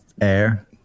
Air